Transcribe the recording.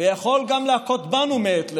ויכול גם להכות בנו מעת לעת,